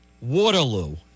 Waterloo